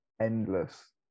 endless